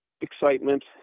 Excitement